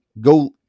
go